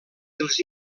dels